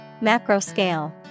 Macro-scale